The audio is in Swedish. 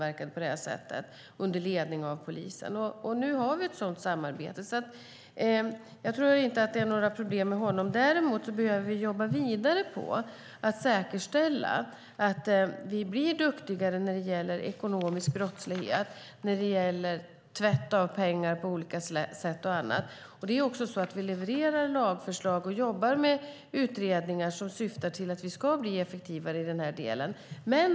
Däremot behöver vi jobba vidare på att säkerställa att vi blir duktigare när det gäller ekonomisk brottslighet, penningtvätt och annat. Och vi levererar lagförslag och jobbar med utredningar som syftar till att vi ska bli effektivare i den här delen.